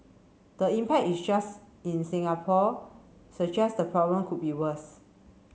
the impact is just in Singapore suggests the problem could be worse